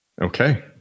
Okay